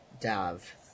Dav